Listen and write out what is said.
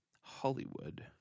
Hollywood